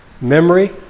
Memory